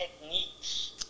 techniques